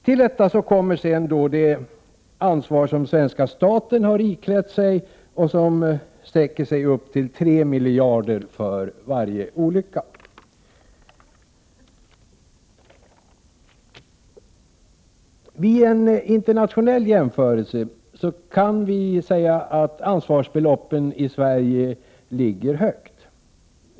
Till detta kommer sedan det ansvar som svenska staten har iklätt sig och som sträcker sig till 3 miljarder kronor för varje olycka. Vid en internationell jämförelse kan vi konstatera att ansvarsbeloppen i Sverige ligger högt.